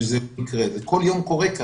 זה כל יום קורה כך,